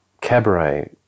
cabaret